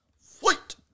Fight